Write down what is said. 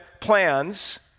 plans